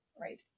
right